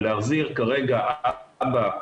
אבל להחזיר כרגע אבא,